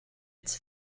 its